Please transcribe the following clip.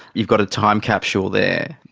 you've got a time capsule there.